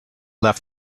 left